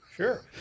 Sure